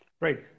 Right